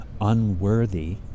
unworthy